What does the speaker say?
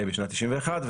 בשנת 1991,